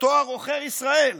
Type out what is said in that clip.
בתואר עוכר ישראל.